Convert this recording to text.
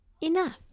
enough